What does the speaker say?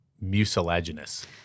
Mucilaginous